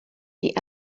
die